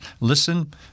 listen